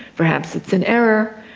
perhaps it's an error.